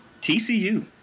TCU